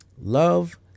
Love